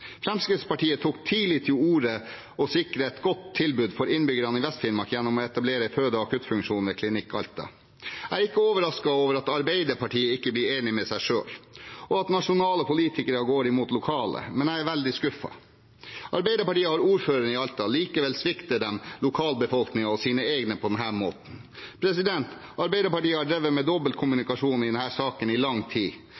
Fremskrittspartiet tok tidlig til orde for å sikre et godt tilbud for innbyggerne i Vest-Finnmark gjennom å etablere føde- og akuttfunksjon ved Klinikk Alta. Jeg er ikke overrasket over at Arbeiderpartiet ikke blir enig med seg selv, og at nasjonale politikere går imot lokale, men jeg er veldig skuffet. Arbeiderpartiet har ordføreren i Alta, likevel svikter de lokalbefolkningen og sine egne på denne måten. Arbeiderpartiet har drevet med